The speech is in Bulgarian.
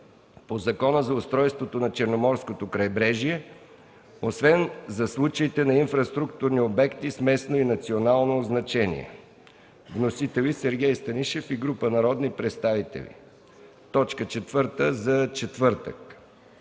по Закона за устройството на Черноморското крайбрежие, освен за случаи на инфраструктурни обекти с местно и национално значение. Вносители: Сергей Станишев и група народни представители – точка четвърта за четвъртък.